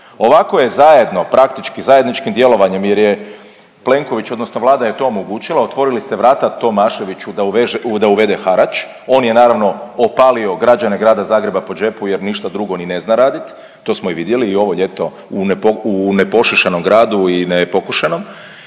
Ovako je zajedno, praktički zajedničkim djelovanjem jer je Plenković, odnosno Vlada je to omogućila otvorili ste vrata Tomaševiću da uvede harač. On je naravno opali građane grada Zagreba po džepu jer ništa drugo ni ne zna raditi, to smo i vidjeli i ovo ljeto u nepošišanom gradu i nepokošenom.